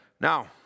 Now